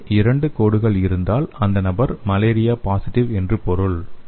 எனவே இரண்டு கோடுகள் இருந்தால் அந்த நபர் மலேரியா பாசிடிவ் என்று பொருள்